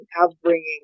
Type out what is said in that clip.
upbringing